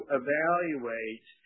evaluate